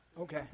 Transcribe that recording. Okay